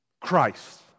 Christ